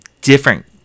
different